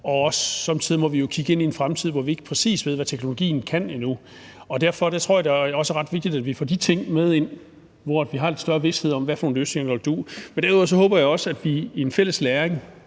og somme tider må vi jo også kigge ind i en fremtid, hvor vi endnu ikke ved, præcis hvad teknologien kan. Derfor tror jeg også, det er ret vigtigt, at vi får de ting med ind, hvor vi har lidt større vished om, hvad for nogle løsninger der duer. Men derudover håber jeg også, at vi kan have en fælles læring